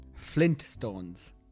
Flintstones